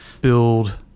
build